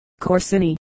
Corsini